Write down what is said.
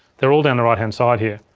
they're all down the right-hand side here.